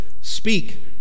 speak